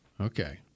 Okay